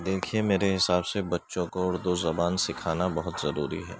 دیکھئے میرے حساب سے بچوں کو اردو زبان سکھانا بہت ضروری ہے